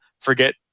forget